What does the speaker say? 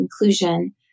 inclusion